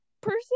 person